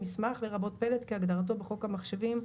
"מסמך" לרבות פלט כהגדרתו בחוק המחשבים,